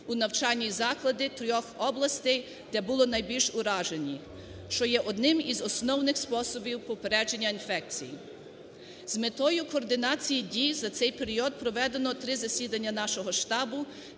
у навчальні заклади трьох областей, які були найбільш уражені, що є одним із способів попередження інфекції. З метою координації дій за цей період проведено три засідання нашого штабу,